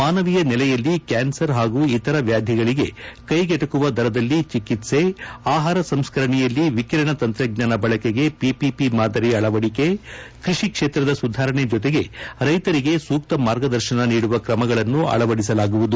ಮಾನವೀಯ ನೆಲೆಯಲ್ಲಿ ಕ್ಯಾನ್ಸರ್ ಹಾಗೂ ಇತರ ವ್ಯಾಧಿಗಳಿಗೆ ಕೈಗೆಟಕುವ ದರದಲ್ಲಿ ಚಿಕಿತ್ಸೆ ಆಹಾರ ಸಂಸ್ಕರಣೆಯಲ್ಲಿ ವಿಕಿರಣ ತಂತ್ರಜ್ಞಾನ ಬಳಕೆಗೆ ಪಿಪಿಪಿ ಮಾದರಿ ಅಳವಡಿಕೆ ಕೃಷಿ ಕ್ಷೇತ್ರದ ಸುಧಾರಣೆ ಜೊತೆಗೆ ರೈತರಿಗೆ ಸೂಕ್ತ ಮಾರ್ಗದರ್ಶನ ನೀಡುವ ಕ್ರಮಗಳನ್ನು ಅಳವಡಿಸಲಾಗುವುದು